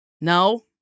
No